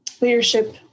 leadership